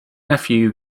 nephew